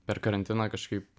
per karantiną kažkaip